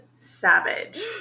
savage